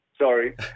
Sorry